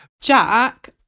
Jack